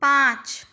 পাঁচ